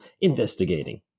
investigating